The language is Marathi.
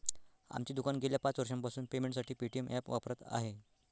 आमचे दुकान गेल्या पाच वर्षांपासून पेमेंटसाठी पेटीएम ॲप वापरत आहे